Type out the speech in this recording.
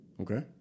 Okay